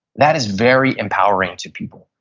that is very empowering to people.